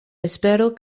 espero